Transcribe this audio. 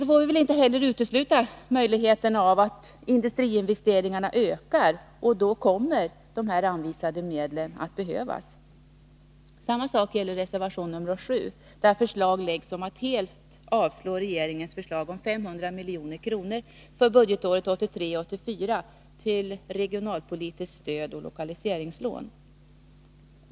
Vi får väl inte heller utesluta möjligheterna att industriinvesteringarna ökar, och då kommer de anvisade medlen att behövas. Samma sak gäller reservation nr 7, där det yrkas att riksdagen skall helt avslå regeringens förslag om 500 milj.kr. för budgetåret 1983/84 till regionalpolitiskt stöd och lokaliseringslån.